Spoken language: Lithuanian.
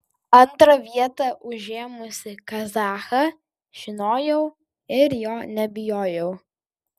antrą vietą užėmusį kazachą žinojau ir jo nebijojau